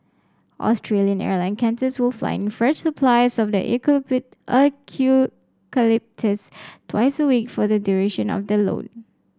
Australian Airline Qantas will fly in fresh supplies of eucalyptus twice week for the duration of the loan